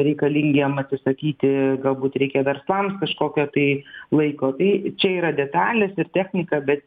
reikalingiem atsisakyti galbūt reikia verslams kažkokio tai laiko tai čia yra detalės ir technika bet